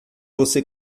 você